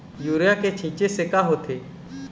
Urea के छींचे से का होथे?